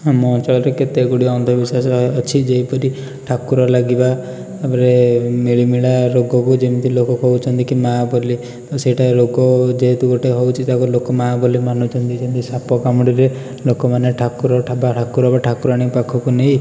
ଆମ ଅଞ୍ଚଳରେ କେତେଗୁଡ଼ିଏ ଅନ୍ଧ ବିଶ୍ୱାସ ଅଛି ଯେପରି ଠାକୁର ଲାଗିବା ତା'ପରେ ମିଳିମିଳା ରୋଗକୁ ଯେମିତି ଲୋକ କହୁଛନ୍ତି କି ମା' ବୋଲି ତ ସେଇଟା ରୋଗ ଯେହେତୁ ଗୋଟେ ହେଉଛି ତାକୁ ଲୋକ ମା' ବୋଲି ମାନୁଛନ୍ତି ଯେମିତି ସାପ କାମୁଡ଼ିଲେ ଲୋକମାନେ ଠାକୁର ବା ଠାକୁର ବା ଠାକୁରାଣୀ ପାଖକୁ ନେଇ